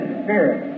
spirit